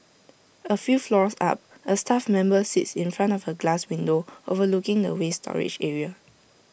A few floors up A staff member sits in front of A glass window overlooking the waste storage area